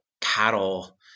cattle